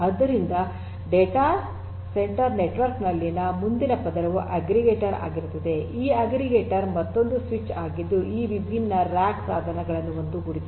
ಆದ್ದರಿಂದ data centre network ನಲ್ಲಿನ ಮುಂದಿನ ಪದರವು ಅಗ್ರಿಗೇಟರ್ ಆಗಿರುತ್ತದೆ ಈ ಅಗ್ರಿಗೇಟರ್ ಮತ್ತೊಂದು ಸ್ವಿಚ್ ಆಗಿದ್ದು ಈ ವಿಭಿನ್ನ ರ್ಯಾಕ್ ಸಾಧನಗಳನ್ನು ಒಟ್ಟುಗೂಡಿಸುತ್ತದೆ